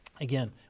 again